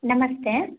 ನಮಸ್ತೆ